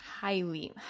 Highly